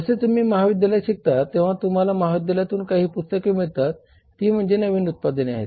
जसे तुम्ही महाविद्यालयात शिकता तेव्हा तुम्हाला महाविद्यालयातून काही पुस्तके मिळतात ती म्हणजे नवीन उत्पादने आहेत